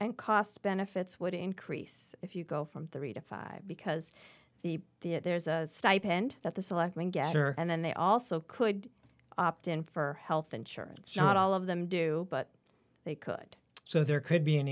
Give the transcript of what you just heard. and cost benefits would increase if you go from three to five because the the there's a stipend that the selectmen gather and then they also could opt in for health insurance not all of them do but they could so there could be an